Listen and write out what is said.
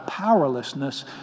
powerlessness